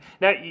Now